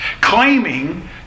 claiming